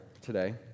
today